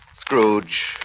Scrooge